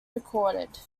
recorded